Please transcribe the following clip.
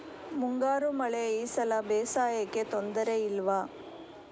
ಮುಂಗಾರು ಮಳೆ ಈ ಸಲ ಬೇಸಾಯಕ್ಕೆ ತೊಂದರೆ ಇಲ್ವ?